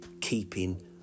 keeping